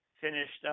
finished